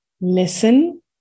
listen